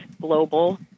global